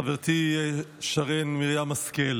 חברתי שרן מרים השכל,